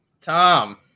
tom